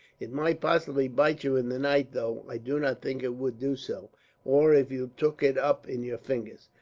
it might possibly bite you in the night, though i do not think it would do so or if you took it up in your fingers.